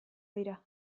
dira